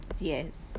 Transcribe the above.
Yes